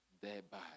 thereby